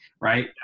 right